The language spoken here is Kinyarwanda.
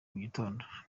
mugitondo